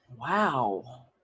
Wow